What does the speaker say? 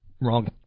Wrong